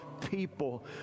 people